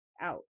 out